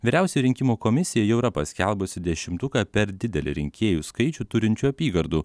vyriausia rinkimų komisija jau yra paskelbusi dešimtuką per didelį rinkėjų skaičių turinčių apygardų